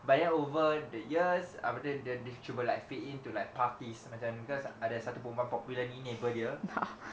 but then over the years apa dia dia dia cuba like fit in to like parties macam because ada seorang perempuan popular ni neighbour dia